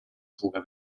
fuga